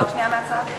אפשר שנייה מהצד?